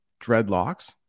dreadlocks